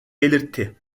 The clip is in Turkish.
belirtti